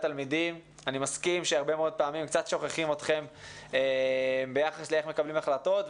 אני מסכים שהרבה מאוד פעמים קצת שוכחים אתכם ביחס לאיך מקבלים החלטות,